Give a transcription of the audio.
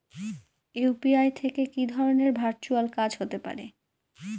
UPI থেকে কি ধরণের ভার্চুয়াল কাজ হতে পারে?